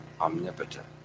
omnipotent